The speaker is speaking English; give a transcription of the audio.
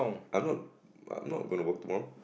I'm not I'm not gonna work tomorrow